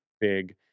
big